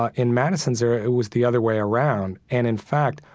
ah in madison's era, it was the other way around. and in fact,